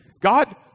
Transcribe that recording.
God